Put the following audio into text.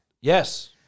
yes